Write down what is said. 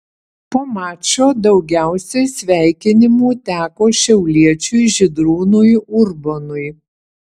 po mačo daugiausiai sveikinimų teko šiauliečiui žydrūnui urbonui